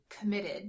committed